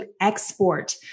export